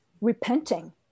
repenting